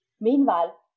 Meanwhile